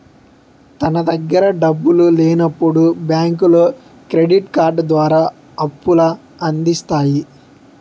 తన దగ్గర డబ్బులు లేనప్పుడు బ్యాంకులో క్రెడిట్ కార్డు ద్వారా అప్పుల అందిస్తాయి